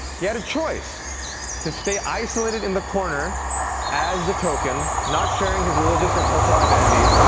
he had a choice to stay isolated in the corner as the token, not sharing his religious or cultural identity,